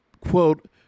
quote